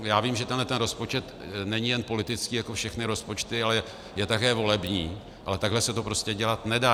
Já vím, že tenhle rozpočet není jen politický jako všechny rozpočty, ale je také volební, ale takhle se to prostě dělat nedá.